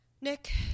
Nick